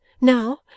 now